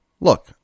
look